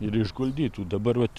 ir išguldytų dabar vat